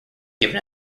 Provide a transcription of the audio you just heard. given